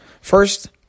First